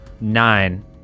nine